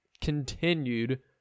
continued